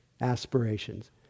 aspirations